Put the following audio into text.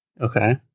Okay